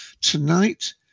Tonight